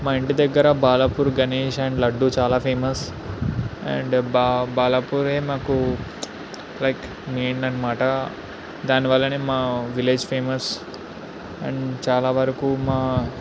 మా ఇంటి దగ్గర బాలాపూర్ గణేష్ అండ్ లడ్డు చాలా ఫేమస్ అండ్ బా బాలాపూరే మాకు లైక్ మెయిన్ అన్నమాట దానివల్లనే మా విలేజ్ ఫేమస్ అండ్ చాలా వరకూ మా